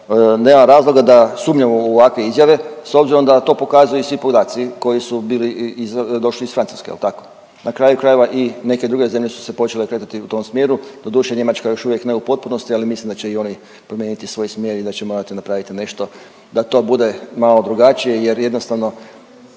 nema razloga da sumnjam u ovakve izjave s obzirom da to pokazuju i svi podaci koji su bili, došli iz Francuske jel' tako? Na kraju krajeva i neke druge zemlje su se počele kretati u tom smjeru, doduše Njemačka još uvijek ne u potpunosti, ali mislim da će i oni promijeniti svoj smjer i da će morati napraviti nešto da to bude malo drugačije, jer jednostavno